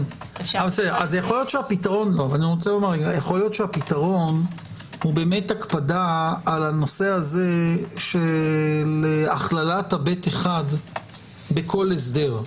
יכול להיות שהפתרון הוא הקפדה על הנושא הזה של הכללת ה-ב'1 בכל הסדר.